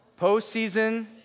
Postseason